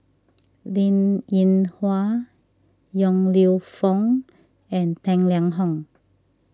Linn in Hua Yong Lew Foong and Tang Liang Hong